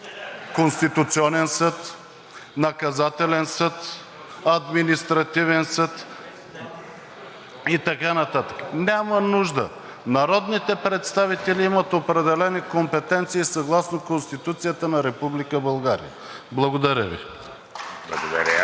Конституционен съд, Наказателен съд, Административен съд и така нататък. Няма нужда. Народните представители имат определени компетенции съгласно Конституцията на Република България. Благодаря